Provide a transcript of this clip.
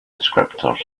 descriptors